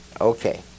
Okay